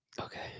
Okay